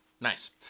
Nice